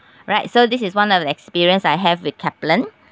right so this is one of the experience I have with kaplan